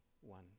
one